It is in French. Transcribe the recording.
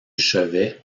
chevet